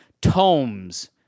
tomes